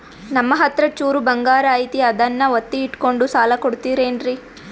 ನಮ್ಮಹತ್ರ ಚೂರು ಬಂಗಾರ ಐತಿ ಅದನ್ನ ಒತ್ತಿ ಇಟ್ಕೊಂಡು ಸಾಲ ಕೊಡ್ತಿರೇನ್ರಿ?